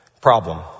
Problem